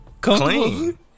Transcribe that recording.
clean